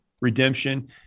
redemption